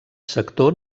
sector